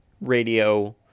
radio